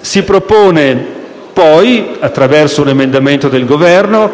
Si propone inoltre, attraverso un emendamento che il Governo